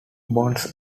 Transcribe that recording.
bonds